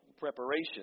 preparation